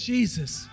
Jesus